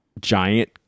giant